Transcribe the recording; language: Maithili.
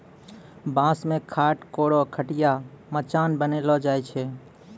बांस सें ठाट, कोरो, खटिया, मचान बनैलो जाय छै